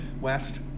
West